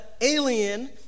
alien